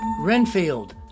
Renfield